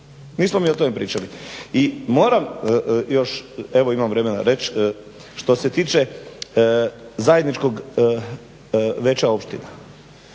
Nismo mi o tome pričali. I moram još evo imam vremena reći što se tiče zajedničkog Veća opština.